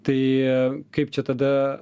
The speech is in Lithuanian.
tai kaip čia tada